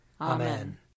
Amen